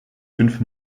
fünf